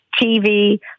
TV